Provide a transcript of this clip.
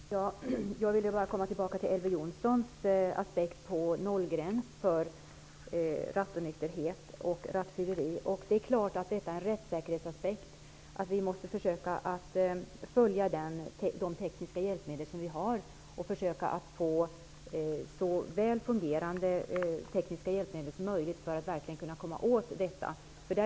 Fru talman! Jag vill bara komma tillbaka till Elver Jonssons aspekt på nollgräns för rattonykterhet och rattfylleri. Det är klart att detta är en rättssäkerhetsaspekt. Vi måste försöka följa de tekniska hjälpmedel som vi har och försöka att få så väl fungerande tekniska hjälpmedel som möjligt för att verkligen komma åt detta problem.